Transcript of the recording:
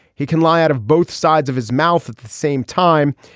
he can lie out of both sides of his mouth at the same time.